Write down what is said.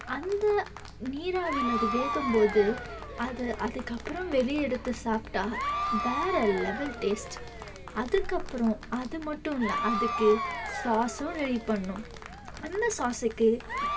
அந்த நீராவில் அது வேகும் போது அதை அதுக்கப்புறம் வெளியே எடுத்து சாப்பிட்டால் வேறு லெவல் டேஸ்ட் அதுக்கப்புறம் அது மட்டும் இல்லை அதுக்கு சாஸும் ரெடி பண்ணணும் அந்த சாஸுக்கு